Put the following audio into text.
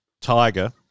tiger